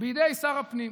בידי שר הפנים.